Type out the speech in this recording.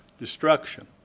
destruction